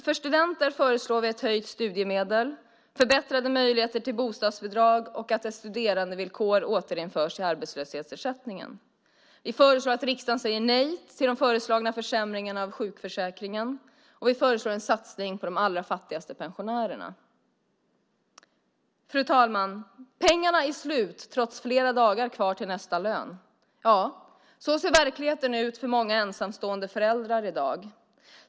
För studenter föreslår vi ett höjt studiemedel, förbättrade möjligheter till bostadsbidrag och att ett studerandevillkor återinförs i arbetslöshetsersättningen. Vi föreslår att riksdagen säger nej till de föreslagna försämringarna av sjukförsäkringen, och vi föreslår en satsning på de allra fattigaste pensionärerna. Fru talman! Pengarna är slut trots flera dagar kvar till nästa lön. Så ser verkligheten ut för många ensamstående föräldrar i dag.